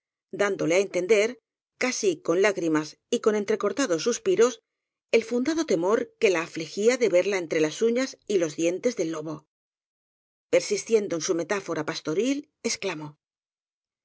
dándole á entender casi con lágrimas y con entrecortados suspiros el fundado temor que la afligía de verla entre las uñas y los dientes del lobo persistiendo en su metáfora pastoril